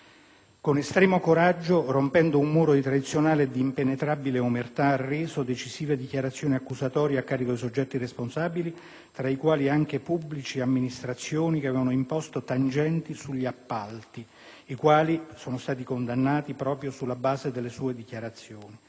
con estremo coraggio, rompendo un muro di tradizionale e di impenetrabile omertà, ha reso decisive dichiarazioni accusatorie a carico dei soggetti responsabili, tra i quali anche pubblici amministratori che avevano imposto tangenti sugli appalti, i quali sono stati condannati proprio sulla base delle sue dichiarazioni